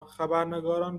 خبرنگاران